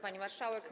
Pani Marszałek!